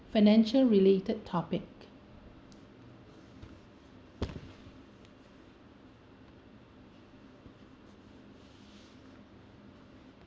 financial related topic